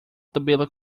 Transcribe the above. tabela